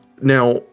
Now